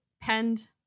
penned